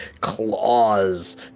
claws